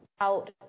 out